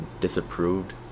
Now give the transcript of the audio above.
disapproved